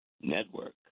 Network